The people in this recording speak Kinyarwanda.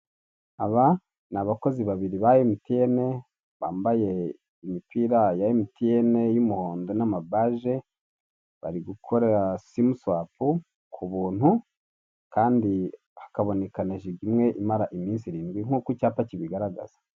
Aba ni abakozi babiri ba emutiyene, bambaye imipira ya emutiyene y'umuhndo n'amabaje, bari gukora simu swapu ku buntu, kandi hakaboneka na jiga imwe imara iminsi irindwi, nk'uko icyapa kibigaragaza.